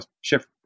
shift